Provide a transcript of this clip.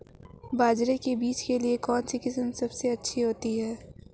बाजरे के बीज की कौनसी किस्म सबसे अच्छी होती है?